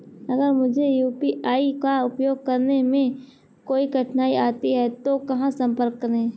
अगर मुझे यू.पी.आई का उपयोग करने में कोई कठिनाई आती है तो कहां संपर्क करें?